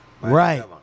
Right